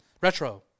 Retro